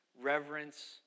reverence